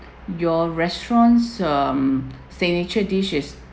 your restaurant um signature dish is